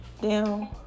down